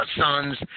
sons